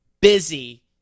busy